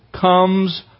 comes